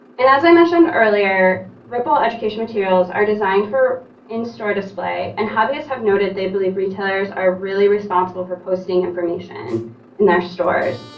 and as i mentioned earlier ripple education materials are designed for in-store display and hobbyists have noted they believe retailers are really responsible for posting information in their stores.